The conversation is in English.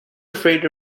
afraid